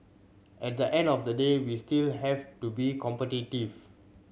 at the end of the day we still have to be competitive